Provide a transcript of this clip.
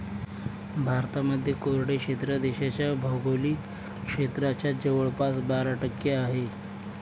भारतामध्ये कोरडे क्षेत्र देशाच्या भौगोलिक क्षेत्राच्या जवळपास बारा टक्के आहे